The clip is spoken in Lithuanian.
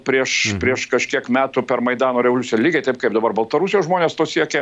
jau prieš prieš prieš kiek metų per maidano revoliuciją lygiai taip kaip dabar baltarusijos žmonės to siekia